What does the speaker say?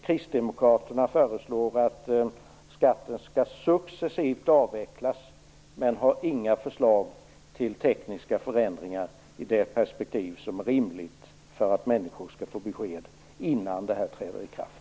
Kristdemokraterna föreslår att skatten successivt skall avvecklas men har inga förslag till tekniska förändringar i det perspektiv som är rimligt för att människor skall få besked innan det här träder i kraft.